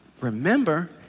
Remember